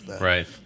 Right